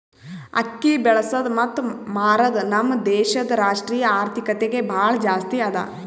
ಅಕ್ಕಿ ಬೆಳಸದ್ ಮತ್ತ ಮಾರದ್ ನಮ್ ದೇಶದ್ ರಾಷ್ಟ್ರೀಯ ಆರ್ಥಿಕತೆಗೆ ಭಾಳ ಜಾಸ್ತಿ ಅದಾ